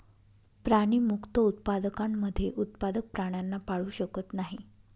प्राणीमुक्त उत्पादकांमध्ये उत्पादक प्राण्यांना पाळू शकत नाही